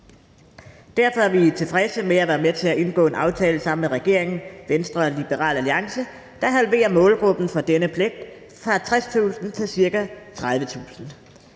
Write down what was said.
Derfor er vi tilfredse med at have været med til at indgå en aftale sammen med regeringen, Venstre og Liberal Alliance, der halverer målgruppen for denne pligt fra 60.000 til ca. 30.000,